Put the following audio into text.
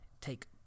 take